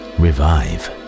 revive